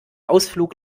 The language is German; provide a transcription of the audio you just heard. ausflug